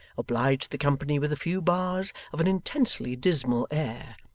obliged the company with a few bars of an intensely dismal air,